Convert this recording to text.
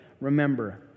remember